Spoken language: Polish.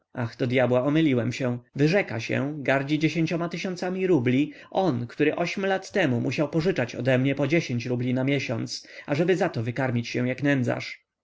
do dyabła omyliłem się wyrzeka się gardzi dziesięcioma tysiącami rubli on który ośm lat temu musiał pożyczać odemnie po dziesięć rubli na miesiąc ażeby za to wykarmić się jak nędzarz